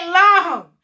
long